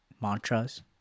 mantras